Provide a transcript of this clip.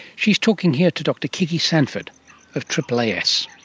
she's talking here to dr kiki sanford of aaas.